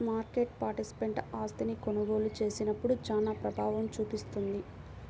market participant ఆస్తిని కొనుగోలు చేసినప్పుడు చానా ప్రభావం చూపిస్తుంది